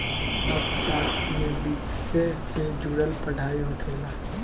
अर्थशास्त्र में वित्तसे से जुड़ल पढ़ाई होखेला